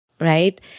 Right